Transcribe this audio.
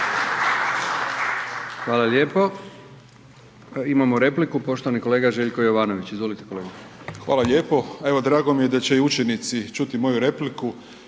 Hvala lijepo. Imamo repliku poštovani kolega Željko Jovanović. Izvolite kolega. **Jovanović, Željko (SDP)** Hvala lijepo. Evo drago mi je da će i učenici čuti moju repliku